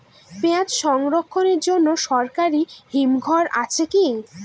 পিয়াজ সংরক্ষণের জন্য সরকারি হিমঘর আছে কি?